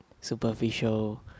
superficial